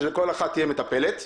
שלכל אחת יהיה מטפלת.